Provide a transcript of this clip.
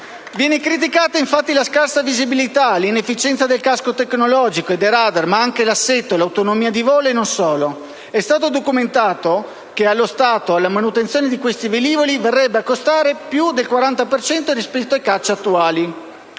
Viene criticata infatti la scarsa visibilità, l'inefficienza del casco tecnologico e del radar, ma anche l'assetto, l'autonomia di volo, e non solo: è stato documentato che, allo stato, la manutenzione di questi velivoli verrebbe a costare più del 40 per cento rispetto ai caccia attuali